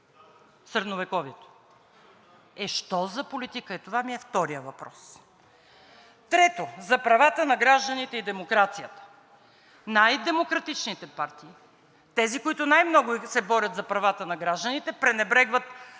Средновековието. Е, що за политика е това, ми е вторият въпрос? Трето, за правата на гражданите и демокрацията. Най-демократичните партии, тези, които най-много се борят за правата на гражданите, пренебрегват